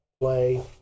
play